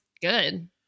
good